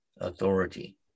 authority